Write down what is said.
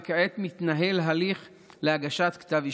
וכעת מתנהל הליך להגשת כתב אישום.